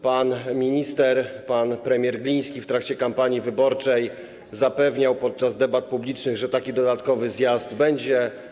Pan minister, pan premier Gliński w trakcie kampanii wyborczej zapewniał podczas debat publicznych, że taki dodatkowy zjazd będzie.